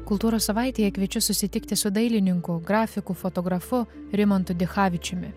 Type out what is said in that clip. kultūros savaitėje kviečiu susitikti su dailininku grafiku fotografu rimantu dichavičiumi